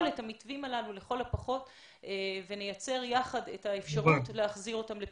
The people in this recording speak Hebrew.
את המתווים הללו ונייצר יחד את האפשרות להחזיר אותם לפעילות.